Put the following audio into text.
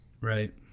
Right